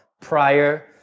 prior